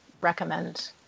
recommend